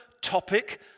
topic